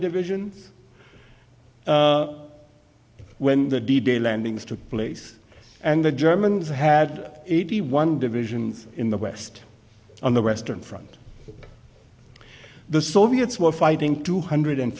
divisions when the d day landings took place and the germans had eighty one divisions in the west on the western front the soviets were fighting two hundred